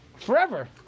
forever